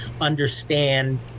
understand